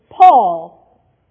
Paul